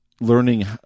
Learning